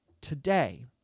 today